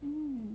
um